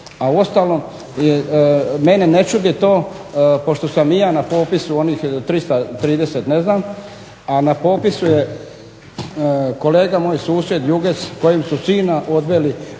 A uostalom mene ne čudi to pošto sam i ja na popisu onih 330, ne znam, a na popisu je kolega moj susjed Jugec kojem su sina odveli